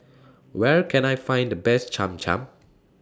Where Can I Find The Best Cham Cham